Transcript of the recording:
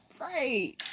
Right